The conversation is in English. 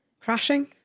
crashing